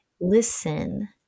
listen